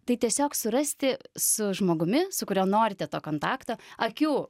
tai tiesiog surasti su žmogumi su kuriuo norite to kontakto akių